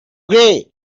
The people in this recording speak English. gray